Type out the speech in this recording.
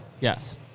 yes